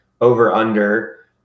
over-under